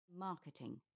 Marketing